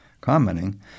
commenting